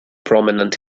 prominent